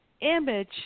image